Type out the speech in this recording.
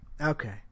Okay